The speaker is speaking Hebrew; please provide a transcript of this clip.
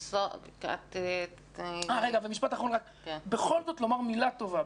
במשפט אחרון בכל זאת לומר מילה טובה.